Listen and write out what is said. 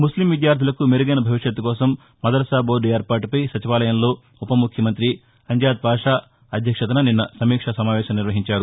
ముస్లిం విద్యార్యలకు మెరుగైన భవిష్యత్తు కోసం మదర్సా బోర్డు ఏర్పాటుపై సచివాలయంలో ఉపముఖ్య మంతి అంజద్ బాషా అధ్యక్షతన నిన్న సమీక్ష సమావేశం నిర్వహించారు